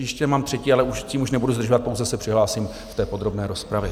Ještě třetí, ale s tím už nebudu zdržovat, pouze se přihlásím v podrobné rozpravě.